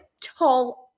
tall